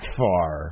far